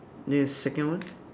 then second one